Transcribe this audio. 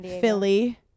philly